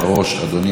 אדוני השר,